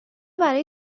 برای